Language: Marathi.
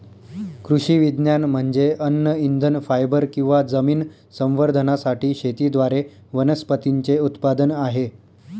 कृषी विज्ञान म्हणजे अन्न इंधन फायबर किंवा जमीन संवर्धनासाठी शेतीद्वारे वनस्पतींचे उत्पादन आहे